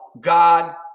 God